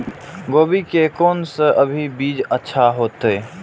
गोभी के कोन से अभी बीज अच्छा होते?